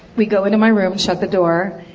we go into my room and shut the door.